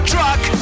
Truck